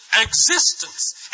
existence